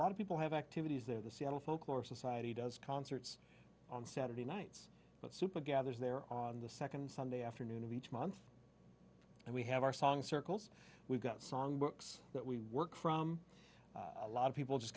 lot of people have activities there the seattle folklore society does concerts on saturday nights but super gathers there on the second sunday afternoon of each month and we have our song circles we've got song books that we work from a lot of people just